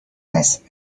اسمت